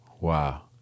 Wow